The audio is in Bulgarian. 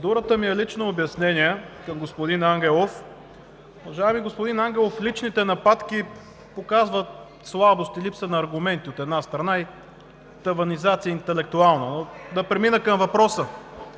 Процедурата ми е лично обяснение към господин Ангелов. Уважаеми господин Ангелов, личните нападки показват слабост и липса на аргументи, от една страна, и интелектуална таванизация. Но да премина към въпроса: